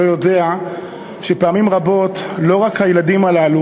לא יודע שפעמים רבות לא רק הילדים הללו